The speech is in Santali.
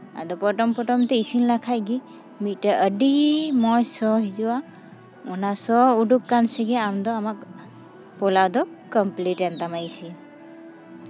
ᱟᱫᱚ ᱯᱚᱴᱚᱢ ᱯᱚᱴᱚᱢ ᱛᱮ ᱤᱥᱤᱱ ᱞᱮᱱᱠᱷᱟᱱ ᱜᱮ ᱢᱤᱫᱴᱮᱱ ᱟᱹᱰᱤ ᱢᱚᱡᱽ ᱥᱚ ᱦᱤᱡᱩᱜᱼᱟ ᱚᱱᱟ ᱥᱚ ᱩᱰᱩᱠ ᱟᱠᱟᱱ ᱥᱮᱜᱮ ᱟᱢᱫᱚ ᱟᱢᱟᱜ ᱯᱳᱞᱟᱣ ᱫᱚ ᱠᱚᱢᱯᱞᱤᱴ ᱮᱱ ᱛᱟᱢᱟ ᱤᱥᱤᱱ